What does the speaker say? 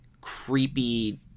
creepy